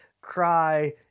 cry